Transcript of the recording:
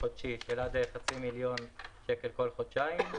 דו-חודשי של עד חצי מיליון שקל בכל חודשיים,